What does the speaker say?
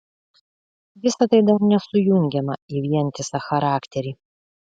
visa tai dar nesujungiama į vientisą charakterį